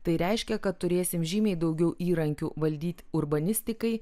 tai reiškia kad turėsim žymiai daugiau įrankių valdyti urbanistikai